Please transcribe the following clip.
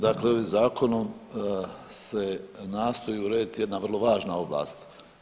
Dakle ovim Zakonom se nastoji urediti jedna vrlo važna oblast.